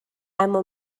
اما